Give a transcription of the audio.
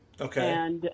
Okay